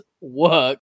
work